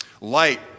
light